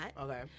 Okay